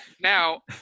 now